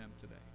today